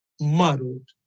Muddled